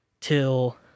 till